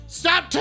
stop